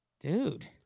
Dude